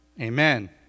Amen